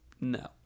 no